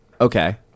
Okay